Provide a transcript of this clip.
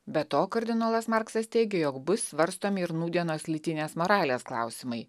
be to kardinolas marksas teigė jog bus svarstomi ir nūdienos lytinės moralės klausimai